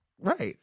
right